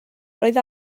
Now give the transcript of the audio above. roedd